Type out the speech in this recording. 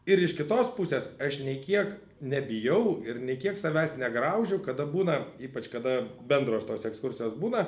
ir iš kitos pusės aš nei kiek nebijau ir nė kiek savęs negraužiu kada būna ypač kada bendros tos ekskursijos būna